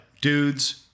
dudes